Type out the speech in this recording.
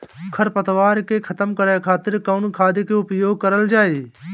खर पतवार के खतम करे खातिर कवन खाद के उपयोग करल जाई?